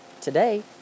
today